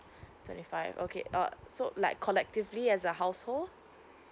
twenty five okay uh so like collectively as a household